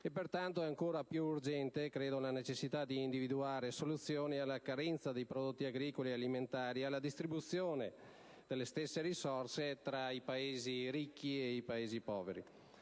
Pertanto, è ancora più urgente la necessità di individuare soluzioni alla carenza di prodotti agricoli e alimentari e alla distribuzione delle stesse risorse tra Paesi ricchi e Paesi poveri.